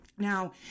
Now